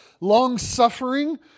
long-suffering